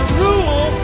rule